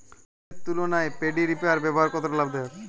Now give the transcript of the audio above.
হাতের তুলনায় paddy reaper ব্যবহার কতটা লাভদায়ক?